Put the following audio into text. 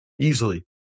Easily